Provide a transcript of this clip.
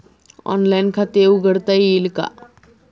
Online खाते उघडता येईल का?